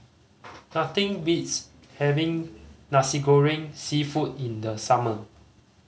nothing beats having Nasi Goreng Seafood in the summer